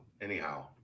anyhow